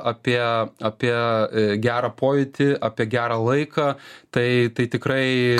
apie apie gerą pojūtį apie gerą laiką tai tai tikrai